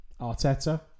Arteta